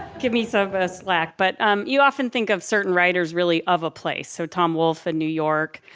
give me some slack but you often think of certain writers really of a place. so tom wolf and new york,